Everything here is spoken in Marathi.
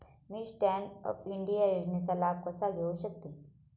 मी स्टँड अप इंडिया योजनेचा लाभ कसा घेऊ शकते